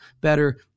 better